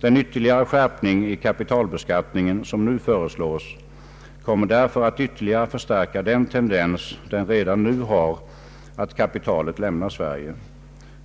Den ytterligare skärpning i kapitalbeskattningen som nu föreslås kommer att ytterligare förstärka den tendens som redan nu finns att kapitalet lämnar Sverige.